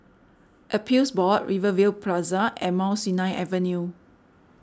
Appeals Board Rivervale Plaza and Mount Sinai Avenue